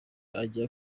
ajya